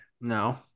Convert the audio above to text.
No